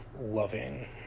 loving